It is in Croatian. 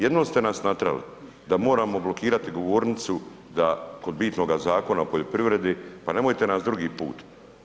Jednom ste nas natjerali da moramo blokirati govornicu kod bitnog Zakona o poljoprivredi pa nemojte nas drugi put.